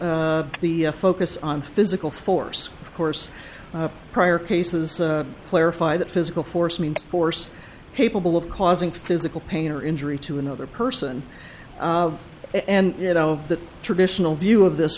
also the focus on physical force of course prior cases clarify that physical force means force capable of causing physical pain or injury to another person and you know the traditional view of this